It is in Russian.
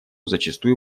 зачастую